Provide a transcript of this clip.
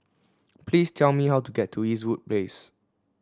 please tell me how to get to Eastwood Place